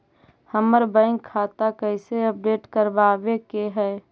हमर बैंक खाता कैसे अपडेट करबाबे के है?